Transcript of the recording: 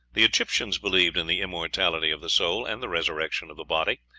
the egyptians believed in the immortality of the soul and the resurrection of the body,